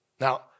Now